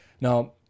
now